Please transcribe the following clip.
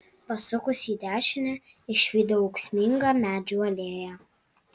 pasukus į dešinę išvydau ūksmingą medžių alėją